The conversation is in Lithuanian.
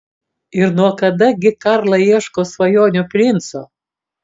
ir nuo kada gi karla ieško svajonių princo